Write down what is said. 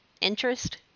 interest